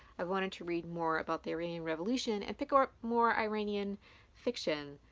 i wanted to read more about the iranian revolution and pick ah up more iranian fiction.